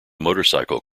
motorcycle